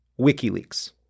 WikiLeaks